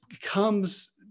comes